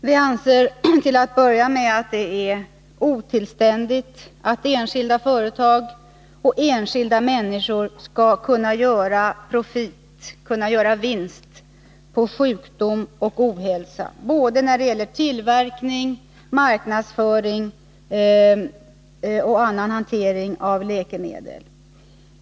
Vi anser till att börja med att det är otillständigt att enskilda företag och enskilda människor skall kunna göra profit på sjukdom och ohälsa när det gäller såväl tillverkning som marknadsföring och annan hantering av läkemedel.